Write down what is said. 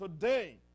Today